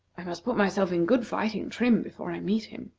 i must put myself in good fighting-trim before i meet him.